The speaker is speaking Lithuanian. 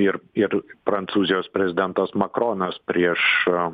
ir ir prancūzijos prezidentas makronas prieš